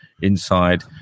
inside